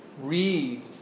read